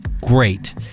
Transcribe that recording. great